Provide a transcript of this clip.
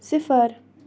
صِفر